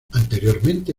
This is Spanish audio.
anteriormente